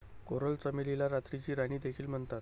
coral चमेलीला रात्रीची राणी देखील म्हणतात